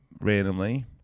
randomly